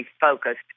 focused